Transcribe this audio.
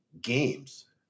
games –